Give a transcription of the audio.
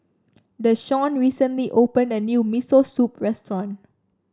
Deshawn recently opened a new Miso Soup restaurant